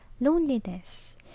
loneliness